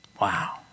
Wow